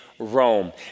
Rome